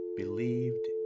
believed